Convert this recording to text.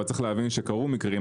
אבל צריך להבין שקרו מקרים,